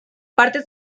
partes